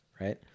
right